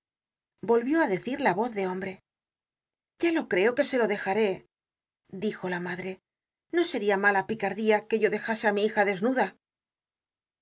volvió á decir la voz de hombre ya lo creo que se le dejaré dijo la madre no seria mala picardía que yo dejase á mi hija desnuda